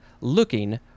looking